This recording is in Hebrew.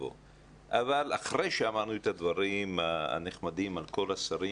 אבל אחרי שאמרנו את הדברים הנחמדים על כל השרים